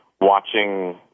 watching